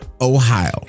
ohio